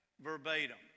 verbatim